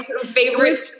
Favorite